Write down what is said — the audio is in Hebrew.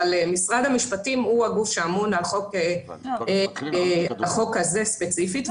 אבל משרד המשפטים הוא הגוף שאמון על החוק הזה ספציפית,